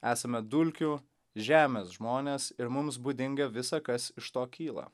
esame dulkių žemės žmonės ir mums būdinga visa kas iš to kyla